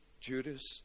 Judas